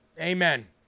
Amen